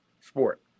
sport